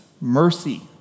mercy